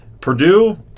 Purdue